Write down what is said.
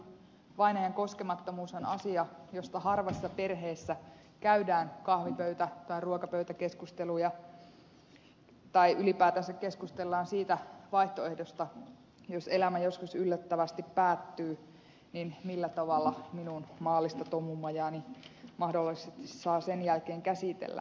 vainajan koskemattomuus on asia josta harvassa perheessä käydään kahvipöytä tai ruokapöytäkeskusteluja tai ylipäätänsä keskustellaan siitä vaihtoehdosta jos elämä joskus yllättävästi päättyy että millä tavalla minun maallista tomumajaani mahdollisesti saa sen jälkeen käsitellä